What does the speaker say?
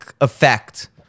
effect